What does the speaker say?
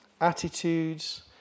attitudes